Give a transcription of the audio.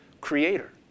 creator